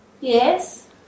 Yes